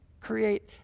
create